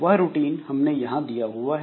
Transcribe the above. वह रूटीन हमने यहां दिया हुआ है